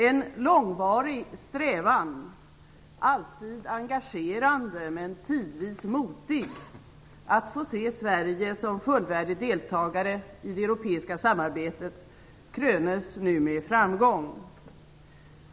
En långvarig strävan, alltid engagerande men tidvis motig, att få se Sverige som fullvärdig deltagare i det europeiska samarbetet krönes nu med framgång.